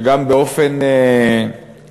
שגם, באופן סמלי,